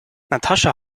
natascha